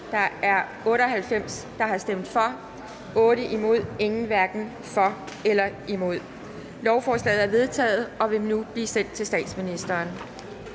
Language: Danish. LA og KF), imod stemte 8 (EL), hverken for eller imod stemte 0. Lovforslaget er vedtaget og vil nu blive sendt til statsministeren.